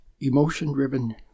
emotion-driven